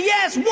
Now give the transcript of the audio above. Yes